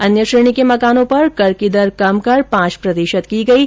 अन्य श्रेणी के मकानों पर कर की दर कम कर पांच प्रतिशत कर दी गयी